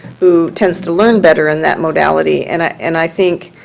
who tends to learn better in that modality? and ah and i think,